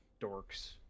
dorks